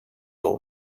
old